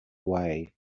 away